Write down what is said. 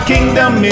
kingdom